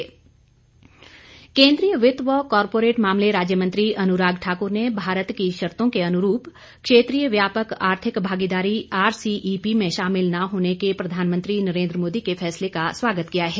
अनुराग ठाकुर केंद्रीय वित्त व कारपोरेट मामले राज्य मंत्री अनुराग ठाकुर ने भारत की शर्तो के अनुरूप क्षेत्रीय व्यापक आर्थिक भागीदारी आरसीईपी में शामिल न होने के प्रधानमंत्री नरेंद्र मोदी के फैसले का स्वागत किया है